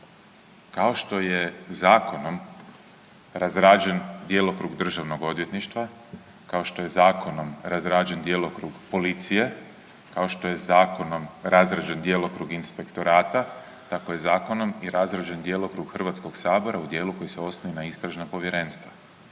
kao što je zakonom razrađen djelokrug Državnog odvjetništva, kao što je zakonom razrađen djelokrug policije, kao što je zakonom razrađen djelokrug inspektorata tako je zakonom i razrađen djelokrug Hrvatskog sabora u dijelu kojem se osnuju istražna povjerenstva.